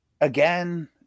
again